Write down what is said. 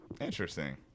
interesting